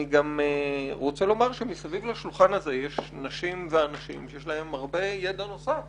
אני רוצה לומר שמסביב לשולחן זה יש נשים ואנשים שיש להם הרבה ידע נוסף